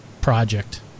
project